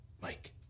Mike